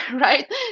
right